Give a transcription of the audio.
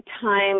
time